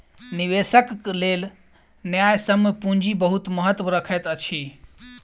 निवेशकक लेल न्यायसम्य पूंजी बहुत महत्त्व रखैत अछि